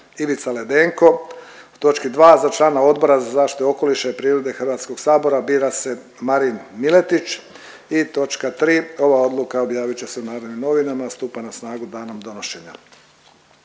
Ivica Ledenko. U točki 2, za člana Odbora za zaštitu okoliša i prirode HS-a bira se Marin Miletić i točka 3, ova odluka objavit će se u Narodnim novinama, a stupa na snagu danom donošenja.